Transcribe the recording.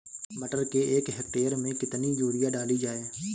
मटर के एक हेक्टेयर में कितनी यूरिया डाली जाए?